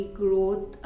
growth